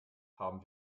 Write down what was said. haben